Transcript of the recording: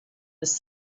was